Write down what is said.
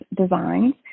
Designs